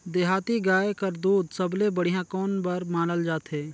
देहाती गाय कर दूध सबले बढ़िया कौन बर मानल जाथे?